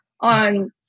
on